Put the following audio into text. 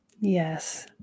Yes